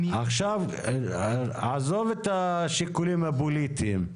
עזוב את השיקולים הפוליטיים.